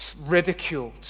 ridiculed